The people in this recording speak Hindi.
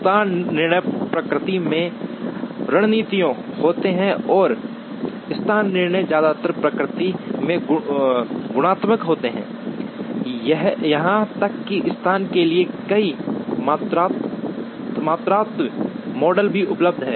स्थान निर्णय प्रकृति में रणनीतिक होते हैं और स्थान निर्णय ज्यादातर प्रकृति में गुणात्मक होते हैं यहां तक कि स्थान के लिए कई मात्रात्मक मॉडल भी उपलब्ध हैं